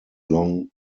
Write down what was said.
long